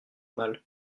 mal